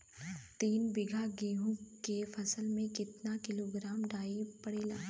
तीन बिघा गेहूँ के फसल मे कितना किलोग्राम डाई पड़ेला?